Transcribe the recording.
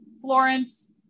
Florence